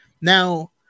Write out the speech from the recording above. Now